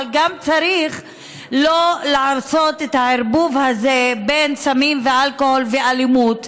אבל גם צריך לא לעשות את הערבוב הזה בין סמים ואלכוהול לאלימות.